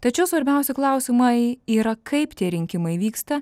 tačiau svarbiausi klausimai yra kaip tie rinkimai vyksta